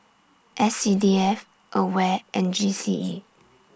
S C D F AWARE and G C E